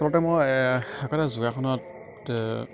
আচলতে মই আগতে যোগাসনত